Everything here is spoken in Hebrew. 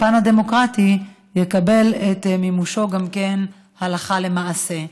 הפן הדמוקרטי, יקבל את מימושו הלכה למעשה.